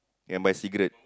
and buy cigarette